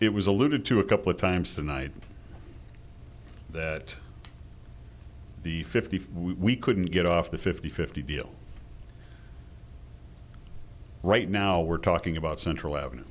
it was alluded to a couple of times tonight that the fifty five we couldn't get off the fifty fifty deal right now we're talking about central avenue